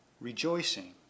rejoicing